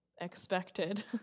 expected